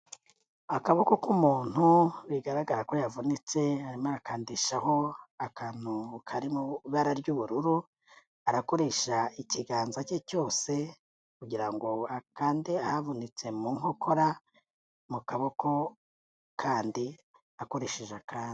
Akaboko k'umuntu bigaragara ko yavunitse, arimo arakandishaho akantu kari mu ibara ry'ubururu, arakoresha ikiganza cye cyose kugira ngo akande ahavunitse mu nkokora, mu kaboko kandi, akoresheje akandi.